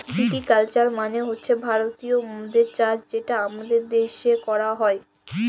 ভিটি culture মালে হছে ভারতীয় মদের চাষ যেটা আমাদের দ্যাশে ক্যরা হ্যয়